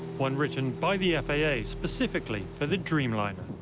one written by the faa specifically for the dreamliner.